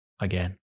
Again